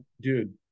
dude